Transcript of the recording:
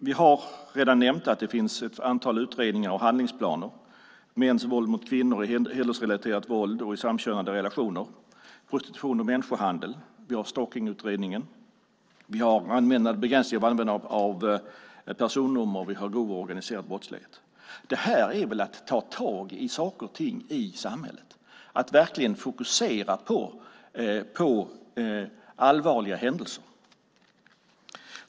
Vi har redan nämnt att det finns ett antal utredningar och handlingsplaner: om mäns våld mot kvinnor, hedersrelaterat våld, våld i samkönade relationer och om prostitution och människohandel. Vi har Stalkningsutredningen, utredningen om begränsad användning av personnummer och vi har utredningen om grov organiserad brottslighet. Det är väl att ta tag i saker och ting i samhället och verkligen att fokusera på allvarliga händelser?